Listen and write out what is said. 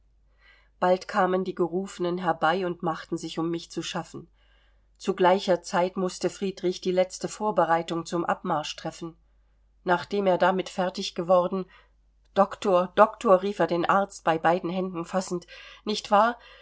bald kamen die gerufenen herbei und machten sich um mich zu schaffen zu gleicher zeit mußte friedrich die letzte vorbereitung zum abmarsch treffen nachdem er damit fertig geworden doktor doktor rief er den arzt bei beiden händen fassend nicht wahr